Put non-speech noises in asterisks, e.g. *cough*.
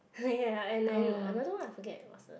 *noise* ya and then another one I forget what's the